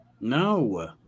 No